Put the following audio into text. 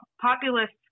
populist